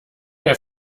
der